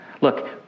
Look